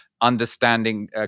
understanding